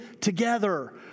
together